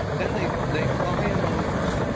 then they they fly him over.